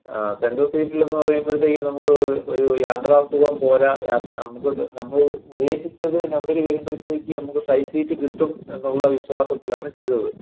central സീറ്റിലെന്ന് പറയുമ്പോഴത്തേക്കും നമുക്ക് ഒരു യാത്രാസുഖം പോരാ യാ നമുക്കൊരു നമ്മൾ ഉദ്ദേശിച്ചത് നമ്പർ വരുമ്പോഴത്തേക്കും നമുക്ക് സൈഡ് സീറ്റ് കിട്ടും എന്നുള്ള വിശ്വാസത്തിലാണ് ചെയ്തത്